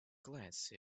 glance